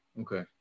Okay